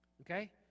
Okay